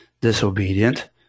disobedient